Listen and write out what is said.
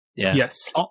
Yes